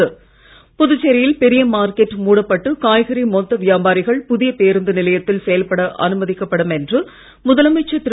மொத்த புதுச்சேரியில் பெரிய மார்க்கெட் மூடப்பட்டு காய்கறி வியாபாரிகள் புதிய பேருந்து நிலையத்தில் செயல்பட அனுமதிக்கப்படும் என்று முதலமைச்சர் திரு